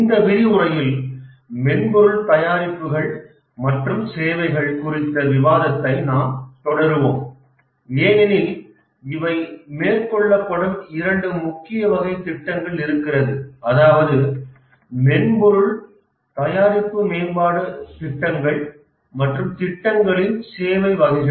இந்த விரிவுரையில் மென்பொருள் தயாரிப்புகள் மற்றும் சேவைகள் குறித்த விவாதத்தைத் நாம் தொடருவோம் ஏனெனில் இவை மேற்கொள்ளப்படும் இரண்டு முக்கிய வகை திட்டங்கள் இருக்கிறது அதாவது மென்பொருள் தயாரிப்பு மேம்பாட்டு திட்டங்கள் மற்றும் திட்டங்களின் சேவை வகைகள்